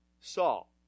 Saul